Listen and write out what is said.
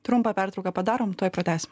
trumpą pertrauką padarom tuoj pratęsim